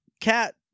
cat